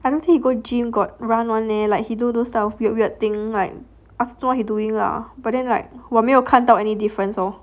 I don't think he go gym got run [one] leh like he do those weird weird thing like asked what he doing lah but then like 我没有看到 any difference lor